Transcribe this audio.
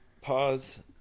pause